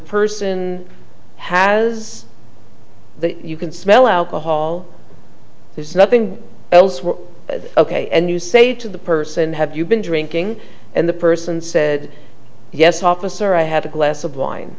person has you can smell alcohol there's nothing else were ok and you say to the person have you been drinking and the person said yes officer i have a glass of wine